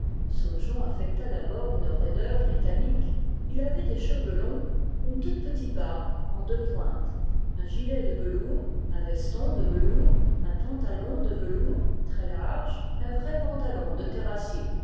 saujon affectait d'abord une raideur britannique il avait des cheveux longs une toute petite barbe en deux pointes un gilet de velours un veston de velours un pantalon de velours très large un vrai pantalon de terrassier